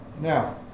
Now